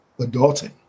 adulting